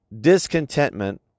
discontentment